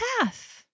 path